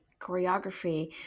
choreography